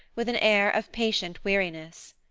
with an air of patient weariness.